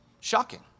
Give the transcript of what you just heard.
shocking